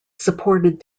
supported